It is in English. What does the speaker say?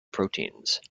proteins